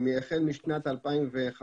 החל משנת 2015